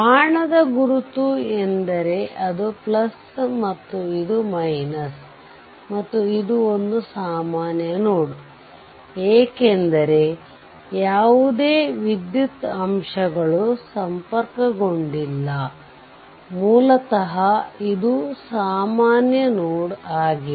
ಬಾಣದ ಗುರುತು ಎಂದರೆ ಅದು ಮತ್ತು ಇದು ಮತ್ತು ಇದು ಒಂದು ಸಾಮಾನ್ಯ ನೋಡ್ ಏಕೆಂದರೆ ಯಾವುದೇ ವಿದ್ಯುತ್ ಅಂಶಗಳು ಸಂಪರ್ಕಗೊಂಡಿಲ್ಲ ಮೂಲತಃ ಇದು ಸಾಮಾನ್ಯ ನೋಡ್ ಆಗಿದೆ